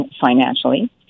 financially